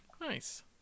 Nice